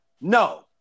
no